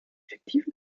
fiktive